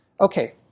Okay